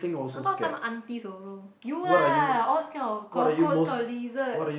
I thought some aunties also you lah all scared of cockroach scared of lizard